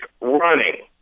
Running